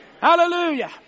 Hallelujah